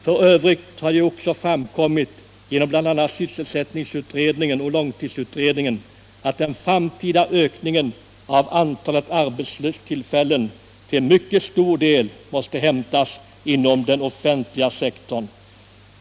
För övrigt har det ju också framkommit genom bl.a. Sysselsättningsutredningen och långtidsutredningen att den framtida ökningen av antalet arbetstillfällen till mycket stor del måste hämtas inom den offentliga sektorn.